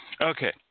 Okay